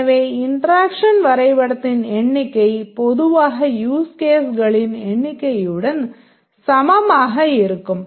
எனவே இன்டெராக்ஷன் வரைபடத்தின் எண்ணிக்கை பொதுவாக யூஸ் கேஸ்களின் எண்ணிக்கையுடன் சமமாக இருக்கும்